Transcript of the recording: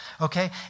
okay